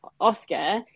Oscar